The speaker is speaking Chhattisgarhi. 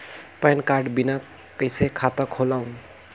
पैन कारड बिना कइसे खाता खोलव?